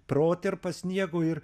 proterpą sniego ir